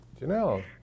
Janelle